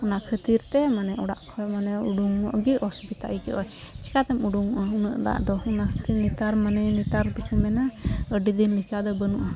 ᱚᱱᱟ ᱠᱷᱟᱹᱛᱤᱨᱛᱮ ᱢᱟᱱᱮ ᱚᱲᱟᱜ ᱠᱷᱚᱡ ᱢᱟᱱᱮ ᱩᱰᱩᱠᱚᱜ ᱜᱮ ᱚᱥᱩᱵᱤᱫᱷᱟ ᱟᱹᱭᱠᱟᱹᱜᱼᱟ ᱪᱮᱠᱟᱛᱮᱢ ᱩᱰᱩᱠᱚᱜᱼᱟ ᱩᱱᱟᱹᱜ ᱫᱟᱜᱫᱚ ᱚᱱᱟᱛᱮ ᱱᱮᱛᱟᱨ ᱢᱟᱱᱮ ᱱᱮᱛᱟᱨ ᱫᱚᱠᱚ ᱢᱮᱱᱟ ᱟᱹᱰᱤᱫᱤᱱ ᱞᱮᱠᱟᱫᱚ ᱵᱟᱹᱱᱩᱜᱼᱟ